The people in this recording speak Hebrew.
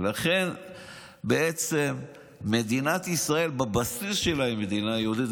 לכן בעצם מדינת ישראל בבסיס שלה היא מדינה יהודית,